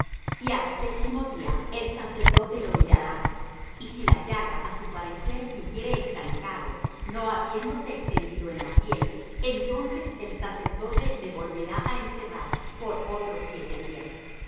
y al séptimo día el sacerdote lo mirará y si la llaga a su parecer se hubiere estancado no habiéndose extendido en la piel entonces el sacerdote le volverá á encerrar por otros siete días